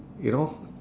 you know